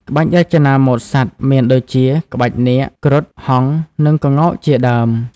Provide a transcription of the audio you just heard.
ក្បាច់រចនាម៉ូដសត្វ មានដូចជា ក្បាច់នាគ គ្រុឌ ហង្ស និងក្ងោកជាដើម។